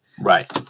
Right